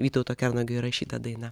vytauto kernagio įrašyta daina